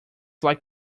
like